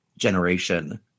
generation